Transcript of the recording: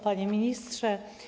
Panie Ministrze!